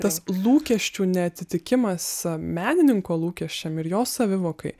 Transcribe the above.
tas lūkesčių neatitikimas menininko lūkesčiam ir jo savivokai